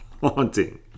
haunting